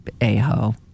A-Ho